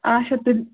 اچھا تُلہِ